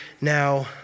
now